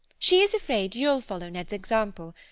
she is afraid you'll follow ned's example,